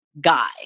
guy